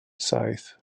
saith